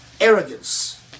arrogance